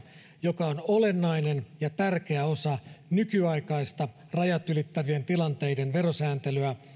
joka on olennainen ja tärkeä osa nykyaikaista rajat ylittävien tilanteiden verosääntelyä